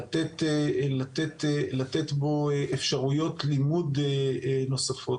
לתת בו אפשרויות לימוד נוספות.